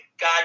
God